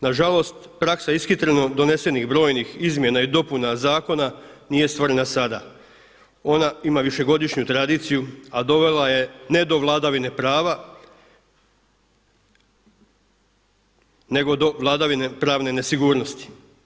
Na žalost praksa ishitreno donesenih brojnih izmjena i dopuna zakona nije stvorena sada, ona ima višegodišnju tradiciju, a dovela je ne do vladavine prava, nego do vladavine pravne nesigurnosti.